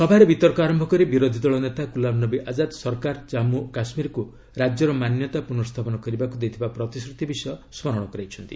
ସଭାରେ ବିତର୍କ ଆରମ୍ଭ କରି ବିରୋଧୀ ଦଳ ନେତା ଗୁଲାମନବୀ ଆକାଦ୍ ସରକାର ଜାନ୍ଗୁ ଓ କାଶ୍ମୀରକୁ ରାଜ୍ୟର ମାନ୍ୟତା ପୁନର୍ସ୍ଥାପନ କରିବାକୁ ଦେଇଥିବା ପ୍ରତିଶ୍ରୁତି ବିଷୟ ସ୍କରଣ କରାଇଛନ୍ତି